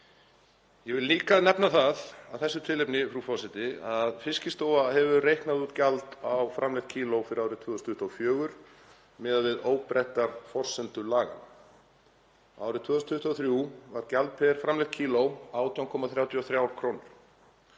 Ég vil líka nefna það af þessu tilefni að Fiskistofa hefur reiknað út gjald á framleitt kíló fyrir árið 2024 miðað við óbreyttar forsendur laganna. Árið 2023 var gjald per framleitt kíló 18,33 kr.